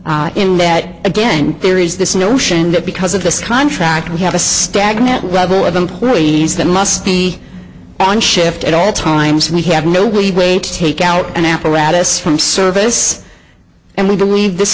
in that again there is this notion that because of this contract we have a stagnant level of employees that must be on shift at all times we have no way to take out an apparatus from service and we believe this